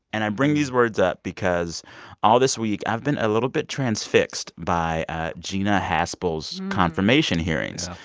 and i bring these words up because all this week, i've been a little bit transfixed by ah gina haspel's confirmation hearings.